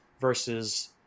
versus